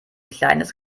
kleines